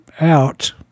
out